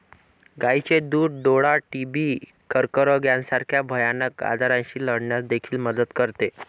गायीचे दूध डोळा, टीबी, कर्करोग यासारख्या भयानक आजारांशी लढण्यास देखील मदत करते